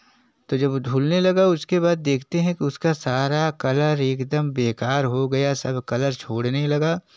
तो जब धुलने लगा उसके बाद देखते हैं कि उसका सारा कलर एक दम बेकार हो गया सब कलर छोड़ने लगा